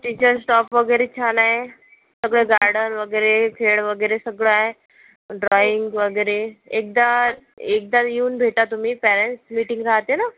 teachers staff वगैरे छान आहे सगळं गार्डन वगैरे खेळ वगैरे सगळं आहे ड्रॉईंग वगैरे एकदा एकदा येऊन भेटा तुम्ही पॅरेंट्स मीटिंग राहते ना